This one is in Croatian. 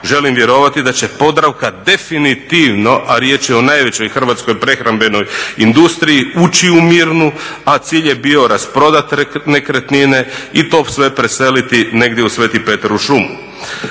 želim vjerovati da će Podravka definitivno, a riječ je o najvećoj hrvatskoj prehrambenoj industriji ući u Mirnu, a cilj je bio rasprodat nekretnine i to sve preseliti negdje u Sveti Petar u šumu.